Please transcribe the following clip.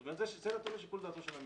זאת אומרת, זה נתון לשיקול דעתו של המתנגד.